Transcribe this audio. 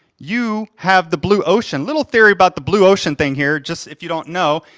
you have the blue ocean. little theory about the blue ocean thing here, just if you don't know,